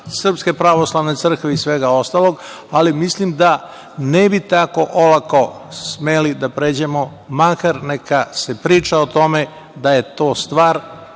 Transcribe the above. Srpske pravoslavne crkve i svega ostalog, ali mislim da ne bi tako olako smeli da pređemo preko toga. Makar neka se priča o tome da je to stvar